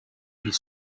his